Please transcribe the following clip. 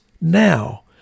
now